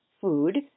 food